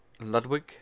Ludwig